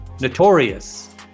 notorious